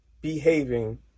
behaving